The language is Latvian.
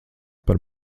par